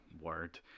word